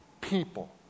people